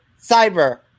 Cyber